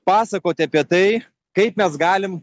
pasakoti apie tai kaip mes galim